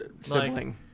Sibling